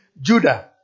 Judah